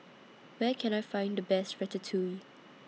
Where Can I Find The Best Ratatouille